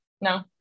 No